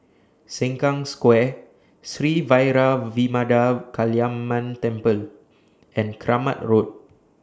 Sengkang Square Sri Vairavimada Kaliamman Temple and Kramat Road